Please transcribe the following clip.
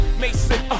Mason